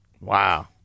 Wow